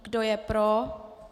Kdo je pro?